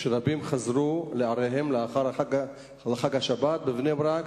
כשרבים חזרו לעריהם לאחר חג שבועות והשבת בבני-ברק.